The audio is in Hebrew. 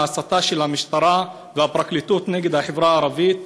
הסתה של המשטרה והפרקליטות נגד החברה הערבית,